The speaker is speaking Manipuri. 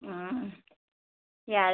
ꯎꯝ ꯌꯥꯔꯦ